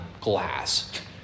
glass